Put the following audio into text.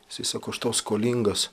jisai sako aš tau skolingas